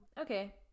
okay